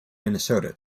minnesota